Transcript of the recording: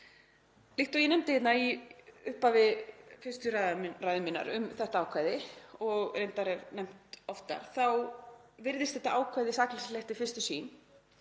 Líkt og ég nefndi í upphafi fyrstu ræðu minnar um þetta ákvæði, og hef reyndar nefnt oftar, þá virðist þetta ákvæði sakleysislegt við fyrstu sýn.